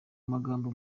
magambo